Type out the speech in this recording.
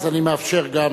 אז אני מאפשר גם